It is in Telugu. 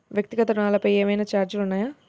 వ్యక్తిగత ఋణాలపై ఏవైనా ఛార్జీలు ఉన్నాయా?